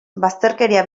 bazterkeria